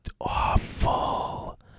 awful